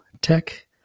tech